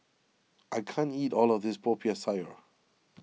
I can't eat all of this Popiah Sayur